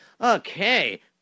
Okay